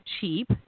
cheap